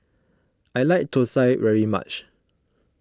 I like Thosai very much